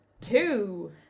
Two